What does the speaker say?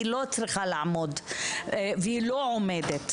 היא לא צריכה לעמוד והיא לא עומדת,